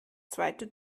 zweite